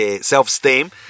self-esteem